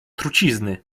trucizny